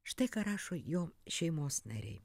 štai ką rašo jo šeimos nariai